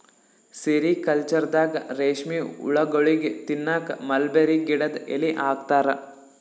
ಸೆರಿಕಲ್ಚರ್ದಾಗ ರೇಶ್ಮಿ ಹುಳಗೋಳಿಗ್ ತಿನ್ನಕ್ಕ್ ಮಲ್ಬೆರಿ ಗಿಡದ್ ಎಲಿ ಹಾಕ್ತಾರ